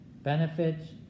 benefits